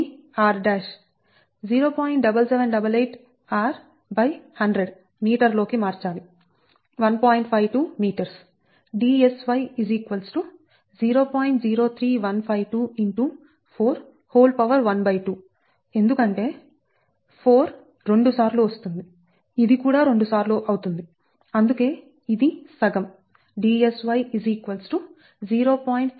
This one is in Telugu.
03152 x 412 ఎందుకంటే 4 రెండు సార్లు వస్తుంది ఇది కూడా రెండు సార్లు అవుతుంది అందుకే ఇది సగం Dsy 0